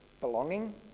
belonging